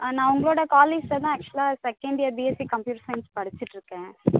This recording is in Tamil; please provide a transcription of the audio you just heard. நான் உங்களோடய காலேஜ்ஜில் தான் ஆக்சுவலாக second year BSc computer science படிச்சுட்டு இருக்கேன்